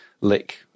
lick